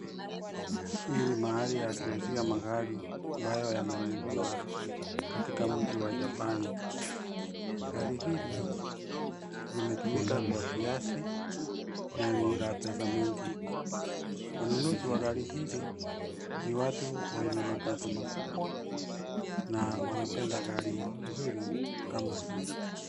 Hii ni mahali ya kuuzia magari ambayo yamenunuliwa katika mji wa Japani . Gari hili limetumika kwa kiasi na ni la pesa mingi. Wanunuzi wa gari hili ni watu wenye mapato makubwa na wanapenda gari nzuri kama hii.